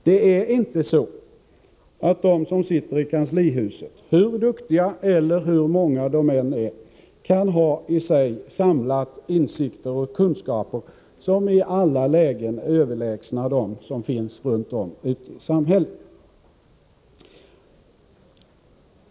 Det är inte så att de som sitter i kanslihuset — hur duktiga eller hur många de än är — kan ha samlat i sig insikter och kunskaper som i alla lägen är överlägsna dem som finns runt om i samhället.